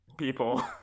People